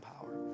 power